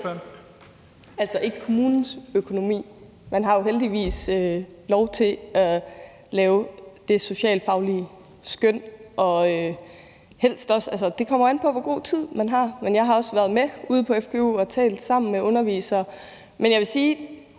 (EL): Ikke kommunens økonomi. Man har jo heldigvis lov til at lave det socialfaglige skøn. Det kommer an på, hvor god tid man har. Jeg har også været med ude på fgu og talt med undervisere og har desværre